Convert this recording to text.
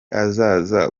azaza